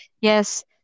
yes